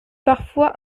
parfois